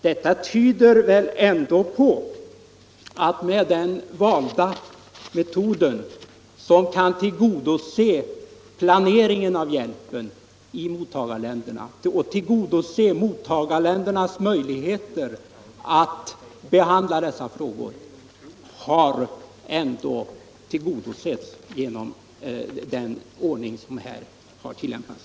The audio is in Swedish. Det tyder väl ändå på att planeringen av hjälpen till mottagarländerna och deras möjligheter att behandla dessa frågor har främjats genom den ordning som här har tillämpats.